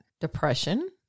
depression